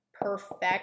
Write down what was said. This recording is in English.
perfect